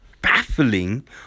baffling